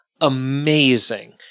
amazing